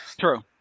True